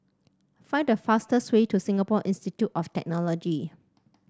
find the fastest way to Singapore Institute of Technology